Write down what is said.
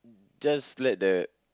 just let the